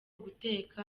guteka